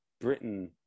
Britain